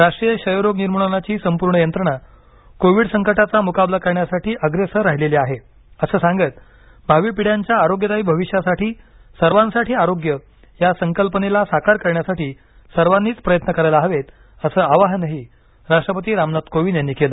राष्ट्रीय क्षयरोग निर्मूलनाची संपूर्ण यंत्रणा कोविड संकटाचा मुकाबला करण्यासाठी अग्रेसर राहिलेली आहे असं सांगत भावी पिढ्यांच्या आरोग्यदायी भविष्यासाठी सर्वांसाठी आरोग्य या संकल्पनेला साकार करण्यासाठी सर्वांनी प्रयत्न करायला हवेत असं आवाहनही राष्ट्रपती रामनाथ कोविन्द यांनी केलं